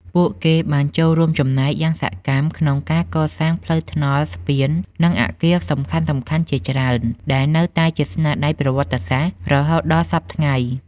ពួកគេបានចូលរួមចំណែកយ៉ាងសកម្មក្នុងការសាងសង់ផ្លូវថ្នល់ ស្ពាន និងអគារសំខាន់ៗជាច្រើន ដែលនៅតែជាស្នាដៃប្រវត្តិសាស្ត្ររហូតដល់សព្វថ្ងៃ។